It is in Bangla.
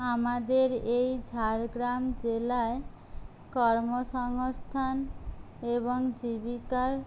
আমাদের এই ঝাড়গ্রাম জেলায় কর্মসংস্থান এবং জীবিকার